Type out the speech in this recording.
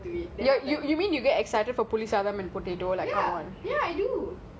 ya you you you mean you get excited for puli சாதம்:puli satham and potato like